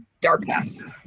darkness